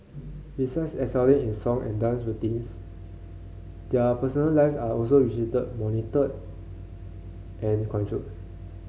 besides excelling in song and dance routines their personal lives are also strictly monitored and controlled